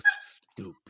stupid